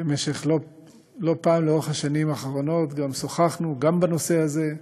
ולא פעם לאורך השנים האחרונות שוחחנו גם בנושא הזה,